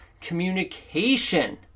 communication